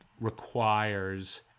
requires